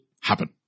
happen